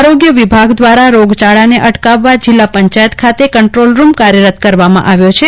આરોગ્ય વિભાગ દ્વારા રોગ ચાંદને અટકાવવા જીલ્લા પંચાયતખાતે કંટ્રોલ રૂમ કાર્યરત કરવામાં આવ્યો છે